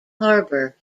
harbour